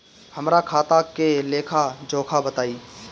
हमरा खाता के लेखा जोखा बताई?